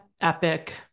epic